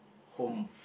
home